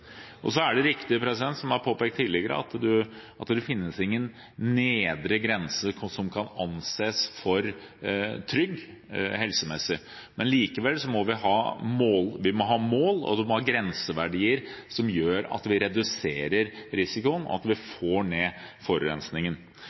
nå. Så er det riktig, som påpekt tidligere, at det ikke finnes noen nedre grense som kan anses å være trygg, helsemessig. Likevel må vi ha mål. Man må ha grenseverdier som gjør at vi reduserer risikoen og får ned forurensningen.